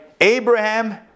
Abraham